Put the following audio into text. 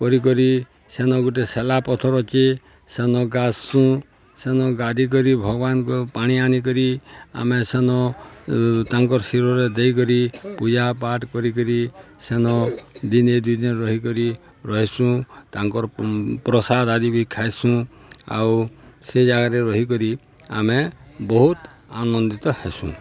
କରି କରି ସେନ ଗୋଟେ ସେଲା ପଥର ଅଛି ସେନ ଗାଧ୍ସୁଁ ସେନ ଗାଧି କରି ଭଗବାନଙ୍କ ପାଣି ଆନିକରି ଆମେ ସେନ ତାଙ୍କର ଶିଳରେ ଦେଇକରି ପୂଜାପାଠ କରିକରି ସେନ ଦିନେ ଦୁଇ ଦିନ ରହିକରି ରହିସୁଁ ତାଙ୍କର ପ୍ରସାଦ ଆରି ବି ଖାଇସୁଁ ଆଉ ସେ ଜାଗାରେ ରହିକରି ଆମେ ବହୁତ ଆନନ୍ଦିତ ହେସୁଁ